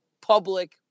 public